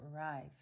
arrive